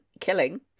killing